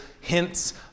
hints